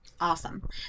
Awesome